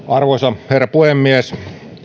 arvoisa herra puhemies